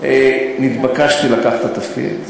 נתבקשתי לקחת את התפקיד.